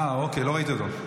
אה, אוקיי, לא ראיתי אותו.